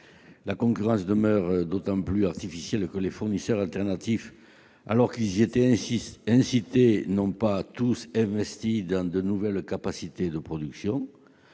La concurrence demeure d'autant plus artificielle que les fournisseurs alternatifs, alors qu'ils y étaient incités, n'ont pas tous investi dans de nouvelles capacités de production.